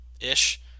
ish